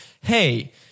hey